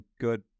good